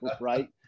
right